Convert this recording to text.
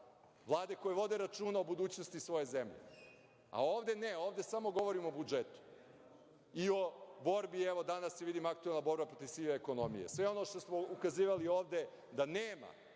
vlade koje vode računa o budućnosti svoje zemlje. Ovde ne, ovde samo govorimo o budžetu i o borbi, evo, danas je vidim aktuelna borba protiv sive ekonomije. Sve ono što smo ukazivali ovde da nema